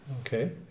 Okay